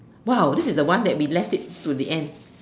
!wow! this is the one that we left it to the end